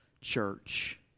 church